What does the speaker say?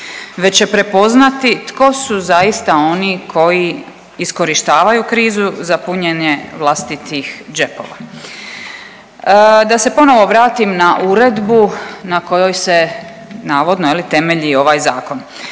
već će prepoznati tko su zaista oni koji iskorištavaju krizu za punjenje vlastitih džepova. Da se ponovo vratim na uredbu na kojoj se navodno temelji ovaj zakon.